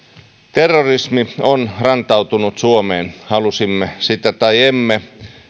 terrorismi on rantautunut suomeen halusimme sitä tai emme tämä